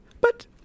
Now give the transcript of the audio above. But